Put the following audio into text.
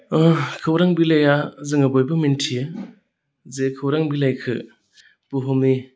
खौरां बिलाइआ जोङो बयबो मिथियो जे खौरां बिलाइखौ बुहुमनि